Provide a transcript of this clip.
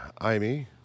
IME